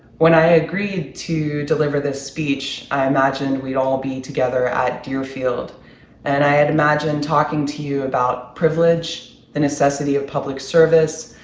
when i agreed to deliver this speech, i imagined we'd all be together at deerfield and i had imagined talking to you about privilege, the necessity of public service,